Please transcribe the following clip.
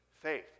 faith